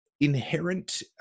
inherent